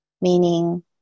meaning